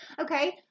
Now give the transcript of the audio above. okay